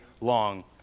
long